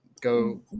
go